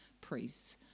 priests